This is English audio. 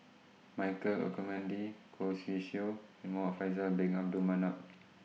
Michael Olcomendy Khoo Swee Chiow and Muhamad Faisal Bin Abdul Manap